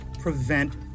prevent